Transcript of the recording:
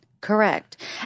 Correct